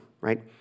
right